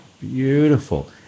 Beautiful